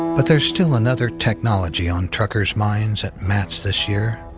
but there's still another technology on truckers' minds at mats this year,